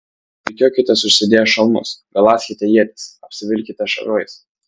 rikiuokitės užsidėję šalmus galąskite ietis apsivilkite šarvais